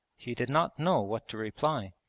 he did not know what to reply.